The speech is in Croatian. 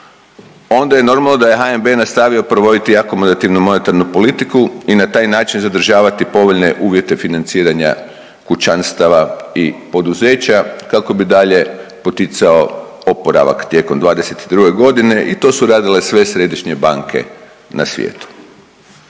onda je normalno da je HNB nastavio provoditi jako modativnu monetarnu politiku i na taj način zadržavati povoljne uvjete financiranja kućanstava i poduzeća kako bi dalje poticao oporavak tijekom '22. godine i to su radile sve središnje banke na svijetu.